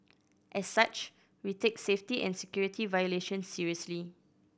as such we take safety and security violations seriously